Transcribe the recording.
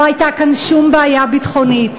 לא הייתה כאן שום בעיה ביטחונית.